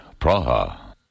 Praha